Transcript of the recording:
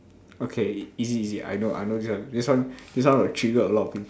okay easy easy I know I know this one this one this one will trigger a lot of people